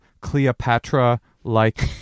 Cleopatra-like